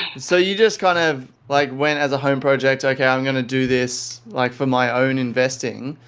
so you just kind of like went as a home project, okay, i'm going to do this like for my own investing.